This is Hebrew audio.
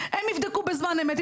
הם יבדקו בזמן אמת.